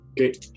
okay